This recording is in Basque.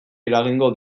eragingo